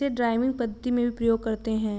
इसे ड्राइविंग पद्धति में भी प्रयोग करते हैं